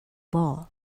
ball